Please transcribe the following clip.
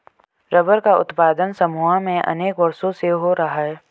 rubber का उत्पादन Samoa में अनेक वर्षों से हो रहा है